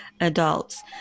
adults